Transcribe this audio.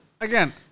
Again